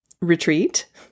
retreat